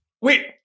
wait